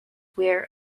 wear